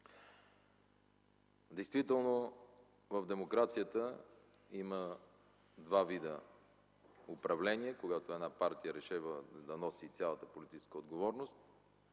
Действително в демокрацията има два вида управление – когато една партия решава да носи цялата политическа отговорност